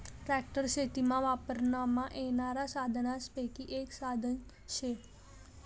tractor शेतीमा वापरमा येनारा साधनेसपैकी एक साधन शे